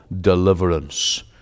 deliverance